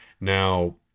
Now